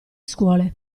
scuole